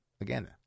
again